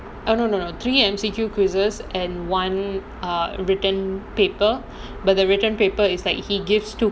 oh no no no three M_C_Q quizzes and one err written paper but the written paper is like he gives two